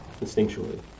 instinctually